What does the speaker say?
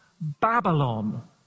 Babylon